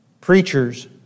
preachers